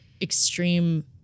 extreme